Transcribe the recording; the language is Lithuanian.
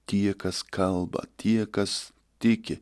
tie kas kalba tie kas tiki